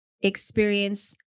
experience